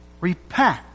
Repent